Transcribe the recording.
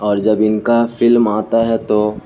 اور جب ان کا فلم آتا ہے تو